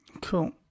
cool